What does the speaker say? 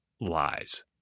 lies